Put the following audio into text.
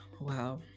Wow